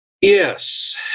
Yes